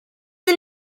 the